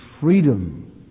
freedom